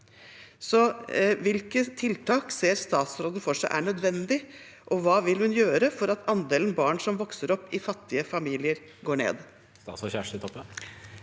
Hvilke tiltak ser statsråden for seg er nødvendig, og hva vil hun gjøre for at andelen barn som vokser opp i fattige familier, går ned?